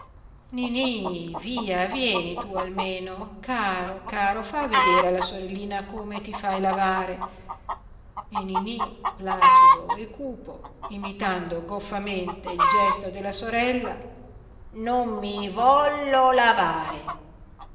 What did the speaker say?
via vieni tu almeno caro caro fa vedere alla sorellina come ti fai lavare e niní placido e cupo imitando goffamente il gesto della sorella non mi vollo lavare